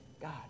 God